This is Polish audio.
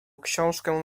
książkę